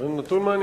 זה נתון מעניין.